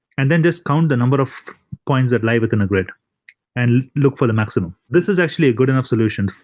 and then just count the number of points that lie within a grid and look for the maximum. this is actually a good enough solution.